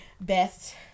Best